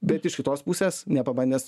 bet iš kitos pusės nepabandęs